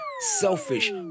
selfish